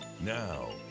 Now